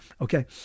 okay